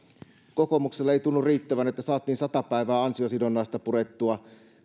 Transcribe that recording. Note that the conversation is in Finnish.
kokoomukselle ei tunnu riittävän että saatiin sata päivää ansiosidonnaista purettua